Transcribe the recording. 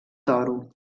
toro